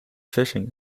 fishing